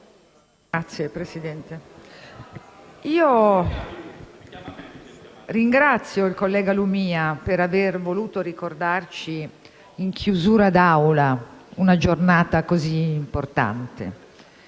Signor Presidente, ringrazio il collega Lumia per averci voluto ricordare in chiusura d'Aula una giornata così importante.